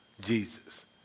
Jesus